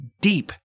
deep